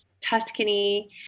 Tuscany